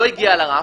לא הגיע לרף,